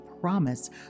promise